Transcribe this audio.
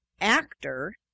actor